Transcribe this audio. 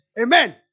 Amen